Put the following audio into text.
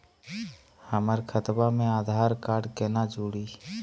हमर खतवा मे आधार कार्ड केना जुड़ी?